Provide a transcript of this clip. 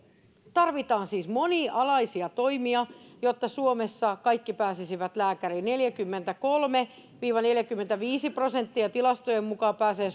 tarvitaan siis monialaisia toimia jotta suomessa kaikki pääsisivät lääkäriin neljäkymmentäkolme viiva neljäkymmentäviisi prosenttia tilastojen mukaan pääsee